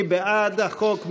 מי בעד החוק?